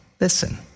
listen